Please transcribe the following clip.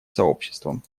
сообществом